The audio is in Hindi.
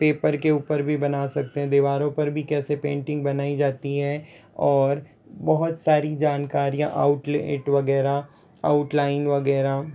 पेपर के ऊपर भी बना सकते हैं दीवारों पर भी कैसे पेंटिंग बनाई जाती हैं और बहुत सारी जानकारियाँ आउटलेट वगैरह आउटलाइन वगैरह